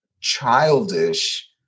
childish